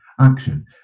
action